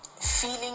feeling